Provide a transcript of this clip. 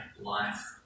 life